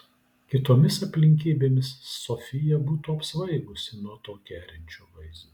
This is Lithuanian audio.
kitomis aplinkybėmis sofija būtų apsvaigusi nuo to kerinčio vaizdo